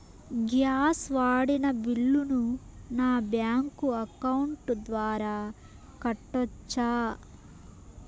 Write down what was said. Gas వాడిన బిల్లును నా బ్యాంకు అకౌంట్ ద్వారా కట్టొచ్చా?